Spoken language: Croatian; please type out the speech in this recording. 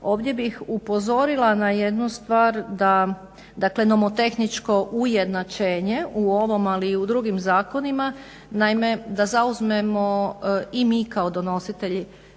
Ovdje bih upozorila na jednu star da, dakle nomotehničko ujednačenje u ovom ali i u drugim zakonima. Naime, da zauzmemo i mi kao donositelji